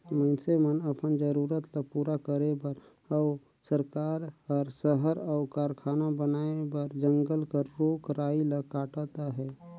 मइनसे मन अपन जरूरत ल पूरा करे बर अउ सरकार हर सहर अउ कारखाना बनाए बर जंगल कर रूख राई ल काटत अहे